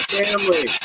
family